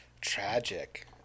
tragic